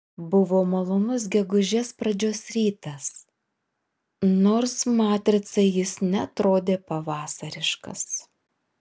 buvo malonus gegužės pradžios rytas nors matricai jis neatrodė pavasariškas